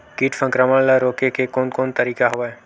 कीट संक्रमण ल रोके के कोन कोन तरीका हवय?